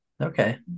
okay